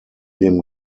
dem